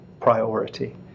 priority